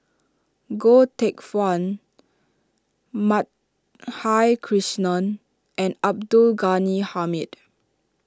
Goh Teck Phuan Madhavi Krishnan and Abdul Ghani Hamid